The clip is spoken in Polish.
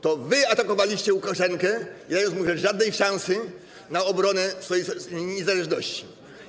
To wy atakowaliście Łukaszenkę, nie dając mu żadnej szansy na obronę swojej niezależności.